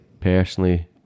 personally